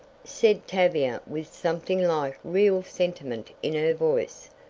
said tavia with something like real sentiment in her voice.